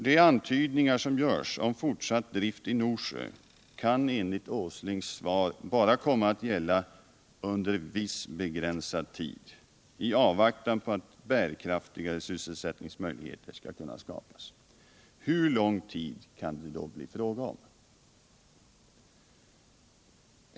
De antydningar som görs om fortsatt drift i Norsjö kan enligt Nils Åslings svar bara komma att gälla under en viss begränsad tid i avvaktan på att bärkaftigare sysselsättning skall kunna skapas. Hur lång tid kan det då bli fråga om?